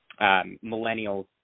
Millennials